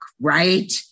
Right